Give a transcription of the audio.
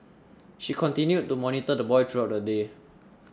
she continued to monitor the boy throughout the day